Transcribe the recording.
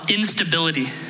instability